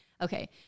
okay